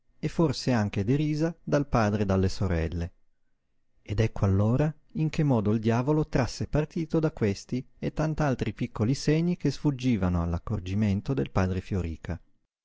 e fors'anche derisa dal padre e dalle sorelle ed ecco allora in che modo il diavolo trasse partito da questi e tant'altri piccoli segni che sfuggivano all'accorgimento del padre fioríca nel